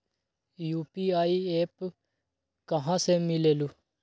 UPI app कहा से मिलेलु?